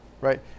right